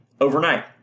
overnight